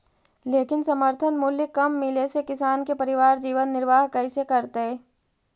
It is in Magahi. लेकिन समर्थन मूल्य कम मिले से किसान के परिवार जीवन निर्वाह कइसे करतइ?